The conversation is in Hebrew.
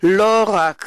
לא רק